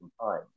time